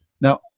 Now